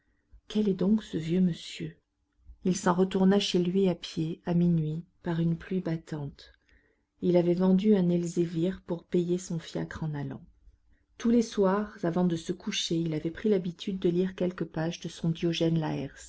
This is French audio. quel est donc ce vieux monsieur il s'en retourna chez lui à pied à minuit par une pluie battante il avait vendu un elzévir pour payer son fiacre en allant tous les soirs avant de se coucher il avait pris l'habitude de lire quelques pages de son diogène